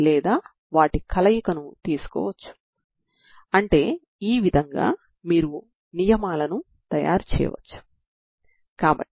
ఈ సరిహద్దు నియమంతో ఇదే సమస్యకు ఈ సందర్భంలో కూడా మీరు పరిష్కారం యొక్క ప్రత్యేకతను చూపించవచ్చు సరేనా